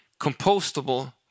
compostable